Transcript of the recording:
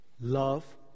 Love